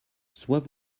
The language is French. soit